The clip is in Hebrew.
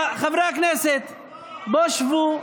חברי הכנסת, בואו שבו.